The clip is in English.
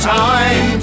time